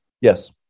Yes